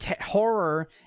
horror